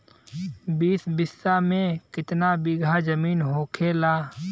बीस बिस्सा में कितना बिघा जमीन होखेला?